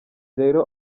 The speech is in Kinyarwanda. rero